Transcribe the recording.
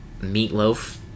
meatloaf